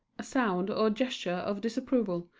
a sound or gesture of disapproval,